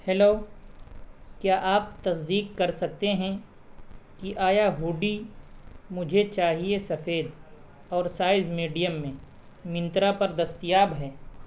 hello کیا آپ تصدیق کر سکتے ہیں کہ آیا ہوڈی مجھے چاہیے سفید اور سائز میڈیم میں منترا پر دستیاب ہے